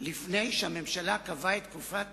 לפני שהממשלה קבעה תקופת